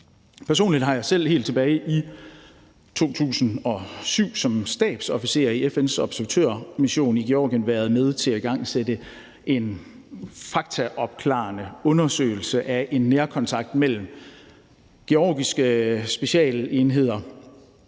Personligt har jeg selv helt tilbage i 2007 som stabsofficer i FN's observatørmission i Georgien været med til at igangsætte en faktaopklarende undersøgelse af en nærkontakt mellem georgiske specialenheder